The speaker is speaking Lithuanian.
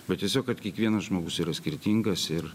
bet tiesiog kad kiekvienas žmogus yra skirtingas ir